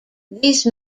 these